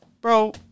bro